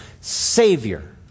Savior